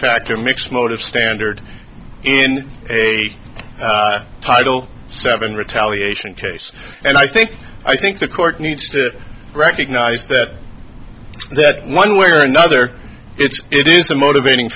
factor mixed motive standard in a title seven retaliation case and i think i think the court needs to recognize that one way or another it's it is a motivating